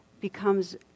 becomes